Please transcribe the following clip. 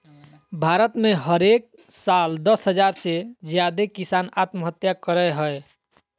भारत में हरेक साल दस हज़ार से ज्यादे किसान आत्महत्या करय हय